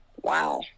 Wow